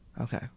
Okay